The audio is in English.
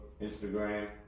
Instagram